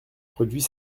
produit